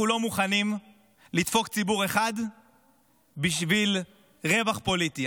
אנחנו לא מוכנים לדפוק ציבור אחד בשביל רווח פוליטי.